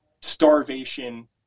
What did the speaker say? starvation